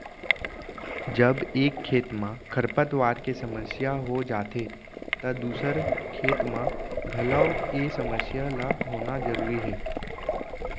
जब एक खेत म खरपतवार के समस्या हो जाथे त दूसर खेत म घलौ ए समस्या ल होना जरूरी हे